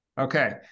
Okay